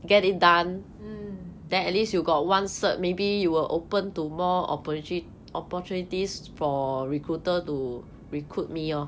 mm